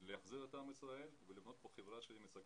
להחזיר את עם ישראל כדי לבנות כאן חברה משגשגת.